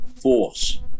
force